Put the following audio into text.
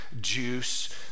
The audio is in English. juice